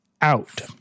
out